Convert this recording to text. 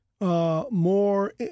More